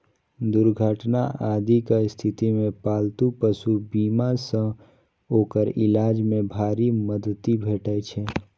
दुर्घटना आदिक स्थिति मे पालतू पशु बीमा सं ओकर इलाज मे भारी मदति भेटै छै